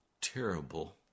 terrible